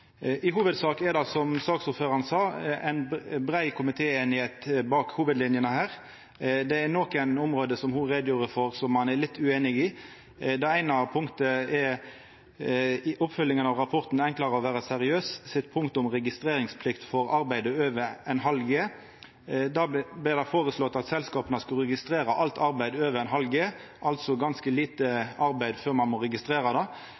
I hovudsak er det, som saksordføraren sa, brei semje i komiteen om hovudlinjene her. Det er nokre område, som ho gjorde greie for, som ein er litt ueinige om. Det eine er i oppfølginga av rapporten «Enkelt å være seriøs» sitt punkt om registreringsplikt for arbeid over ½ G. Der blir det føreslått at selskapa skal registrera alt arbeid over ½ G. Det er altså ganske lite arbeid før ein må registrera det.